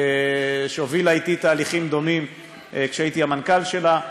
שהובילה אתי תהליכים דומים כשהייתי המנכ"ל שלה,